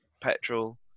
petrol